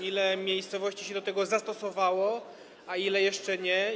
Ile miejscowości się do tego zastosowało, a ile jeszcze nie?